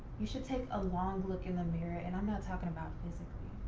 you should take a long look in the mirror and i'm not talking about physically.